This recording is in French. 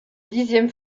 dixième